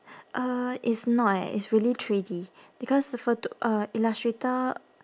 uh it's not eh it's really three D because the phot~ uh illustrator